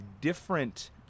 different